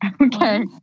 Okay